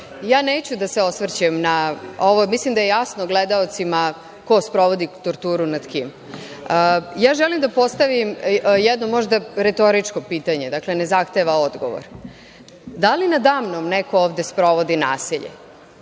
strane. Neću da se osvrćem na ovo. Mislim da je jasno gledaocima ko sprovodi torturu nad kim. Želim da postavim jedno možda retoričko pitanje, dakle, ne zahteva odgovor. Da li nada mnom neko ovde sprovodi nasilje?